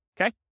okay